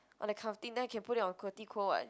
on the then I can put it on [what]